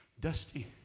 dusty